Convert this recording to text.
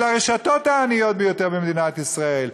אלה הרשתות העניות ביותר במדינת ישראל.